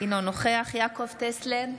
אינו נוכח יעקב טסלר,